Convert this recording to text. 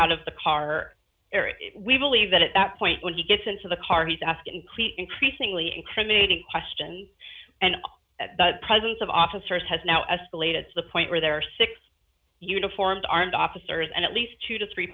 out of the car we believe that at that point when he gets into the car he's asking clear increasingly incriminating questions and at the presence of officers has now escalated to the point where there are six uniformed armed officers and at least two to three